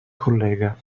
collega